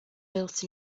built